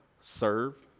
serve